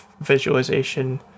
visualization